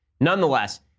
nonetheless